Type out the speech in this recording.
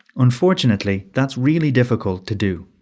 unfortunately, that's really difficult to do.